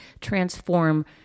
transform